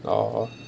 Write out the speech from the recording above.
oh